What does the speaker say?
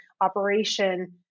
operation